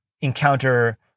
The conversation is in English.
encounter